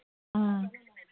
ꯑꯥ